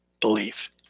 belief